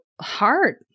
hard